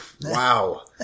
Wow